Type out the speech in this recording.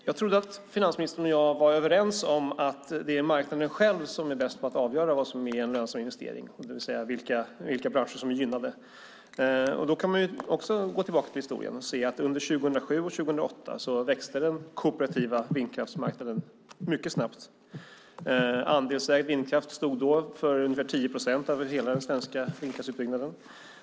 Jag trodde att finansministern och jag var överens om att det är marknaden själv som är bäst på att avgöra vad som är en lönsam investering, det vill säga vilka branscher som är gynnade. Man kan gå tillbaka och se att under 2007 och 2008 växte den kooperativa vindkraftsmarknaden snabbt. Andelsägd vindkraft stod då för ungefär 10 procent av hela den svenska vindkraftsutbyggnaden.